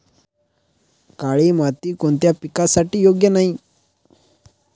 काळी माती कोणत्या पिकासाठी योग्य नाही?